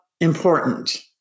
important